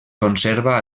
conserva